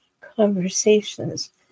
conversations